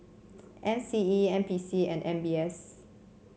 M C E N P C and M B S